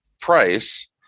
price